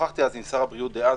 שוחחתי אז עם שר הבריאות דאז,